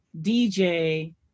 dj